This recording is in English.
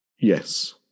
Yes